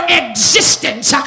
existence